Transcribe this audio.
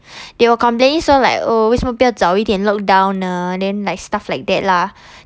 they will complaining so like oh 为什么不要早一点 lock down ah then like stuff like that lah